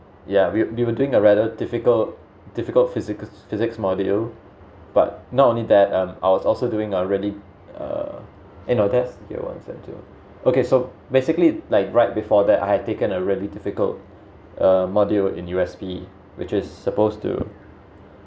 ya we were doing a rather difficult difficult physics physics module but not only that um I was also doing uh in okay so basically like right before that I had taken a really difficult uh module in U_S_B which is supposed to